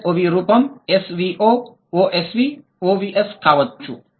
SOV రూపం SVO OSV OVS కావచ్చు